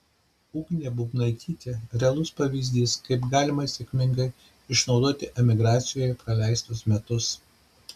ugnė bubnaitytė realus pavyzdys kaip galima sėkmingai išnaudoti emigracijoje praleistus metus